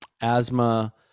asthma